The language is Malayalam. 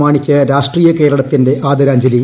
മാണിക്ക് രാഷ്ട്രീയ കേരളത്തിന്റെ ആദരാഞ്ജലി